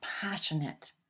passionate